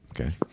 Okay